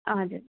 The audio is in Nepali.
हजुर